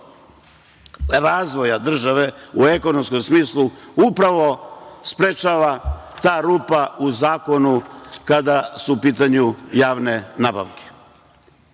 razvoja države u ekonomskom smislu upravo sprečava ta rupa u zakonu kada su u pitanju javne nabavke. Voleo